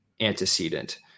antecedent